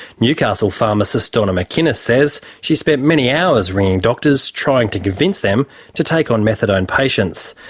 newcastle pharmacist donna mckinnis says she spent many hours ringing doctors trying to convince them to take on methadone patients.